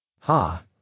Ha